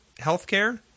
healthcare